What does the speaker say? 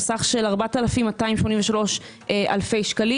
על סך 4,283 אלפי שקלים.